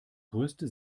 größte